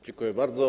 Dziękuję bardzo.